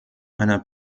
einer